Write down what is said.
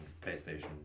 Playstation